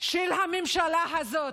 של הממשלה הזאת,